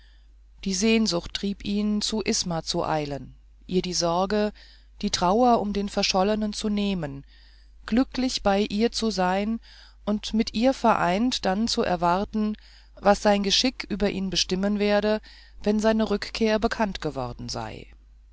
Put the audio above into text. die sehnsucht trieb ihn zu isma zu eilen ihr die sorge die trauer um den verschollenen zu nehmen glücklich bei ihr zu sein und mit ihr vereint dann zu erwarten was sein geschick über ihn bestimmen werde wenn seine rückkehr bekannt geworden sei